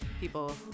people